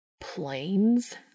Planes